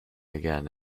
again